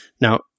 Now